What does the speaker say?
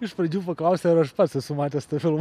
iš pradžių paklausė ar aš pats esu matęs tą filmą